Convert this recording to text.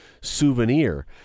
souvenir